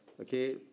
Okay